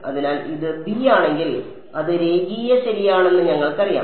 അതിനാൽ ഇത് b ആണെങ്കിൽ അത് രേഖീയ ശരിയാണെന്ന് ഞങ്ങൾക്കറിയാം